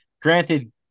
granted